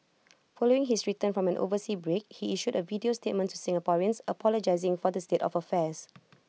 following his return from an overseas break he issued A video statement to Singaporeans apologising for the state of affairs